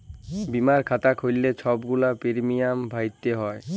বীমার খাতা খ্যুইল্লে ছব গুলা পিরমিয়াম ভ্যইরতে হ্যয়